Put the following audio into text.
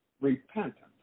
Repentance